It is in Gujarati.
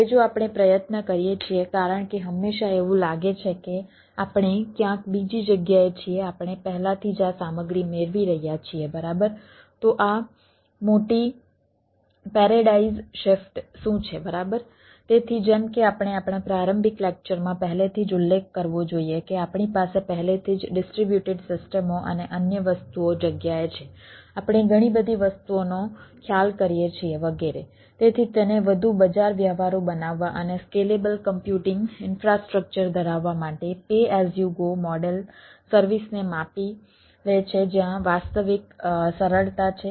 હવે જો આપણે પ્રયત્ન કરીએ છીએ કારણ કે હંમેશા એવું લાગે છે કે આપણે ક્યાંક બીજી જગ્યાએ છીએ આપણે પહેલાથી જ આ સામગ્રી મેળવી રહ્યા છીએ બરાબર તો આ મોટી પેરેડાઈઝ શિફ્ટ મોડેલ સર્વિસને માપી લે છે જ્યાં વાસ્તવિક સરળતા છે